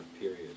period